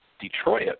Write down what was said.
Detroit